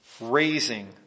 Raising